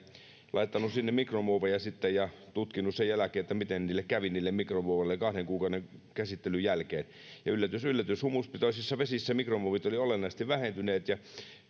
laittanut sinne mikromuoveja ja tutkinut sen jälkeen miten niille mikromuoveille kävi kahden kuukauden käsittelyn jälkeen ja yllätys yllätys humuspitoisissa vesissä mikromuovit olivat olennaisesti vähentyneet ja